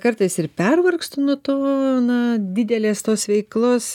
kartais ir pervargstu nuo to na didelės tos veiklos